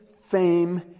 fame